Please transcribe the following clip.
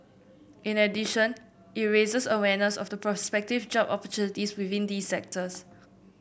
in addition it raises awareness of the prospective job opportunities within these sectors